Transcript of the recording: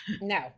No